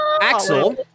Axel